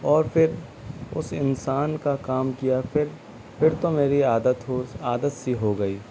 اور پھر اُس انسان کا کام کیا پھر پھر تو میری عادت ہو عادت سی ہوگئی